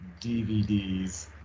DVDs